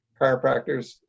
chiropractors